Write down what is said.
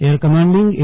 air commanding A